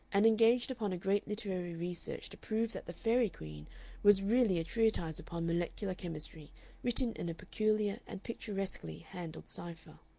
and engaged upon a great literary research to prove that the faery queen was really a treatise upon molecular chemistry written in a peculiar and picturesquely handled cipher.